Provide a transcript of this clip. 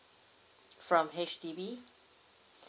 from H_D_B